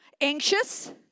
anxious